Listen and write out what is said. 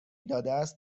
دادهاست